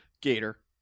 Gator